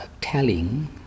telling